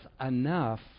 enough